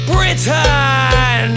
Britain